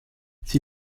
sie